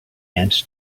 and